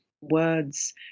words